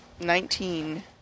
Nineteen